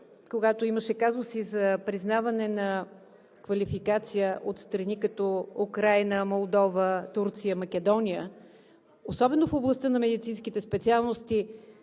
когато имаше казуси за признаване на квалификация от страни като Украйна, Молдова, Турция, Македония, особено в областта на медицинските специалности,